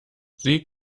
sie